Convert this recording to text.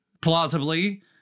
plausibly